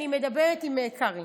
אני מדברת עם קרעי,